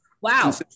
wow